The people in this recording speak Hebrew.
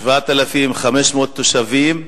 7,500 תושבים,